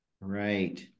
Right